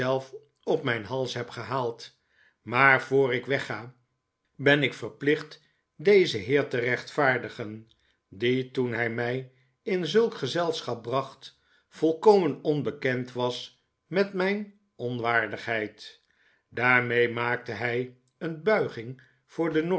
op mijn hals heb gehaald maar voor ik wegga ben ik verplicht dezen heer te rechtvaardigen die toen hij mij in zulk gezelschap bracht volkomen onbekend was met mijn onwaardigheid daarmee maakte hij een buiging voor de